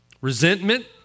Resentment